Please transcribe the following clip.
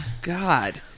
God